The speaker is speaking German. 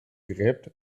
gräbt